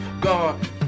God